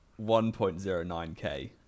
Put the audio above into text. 1.09k